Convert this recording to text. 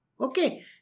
Okay